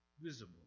visible